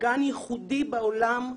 גם יחודי בעולם.